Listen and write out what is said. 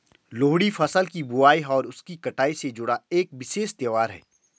लोहड़ी फसल की बुआई और उसकी कटाई से जुड़ा एक विशेष त्यौहार है